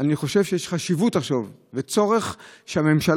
אני חושב שיש חשיבות עכשיו וצורך שהממשלה,